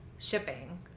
shipping